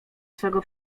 swego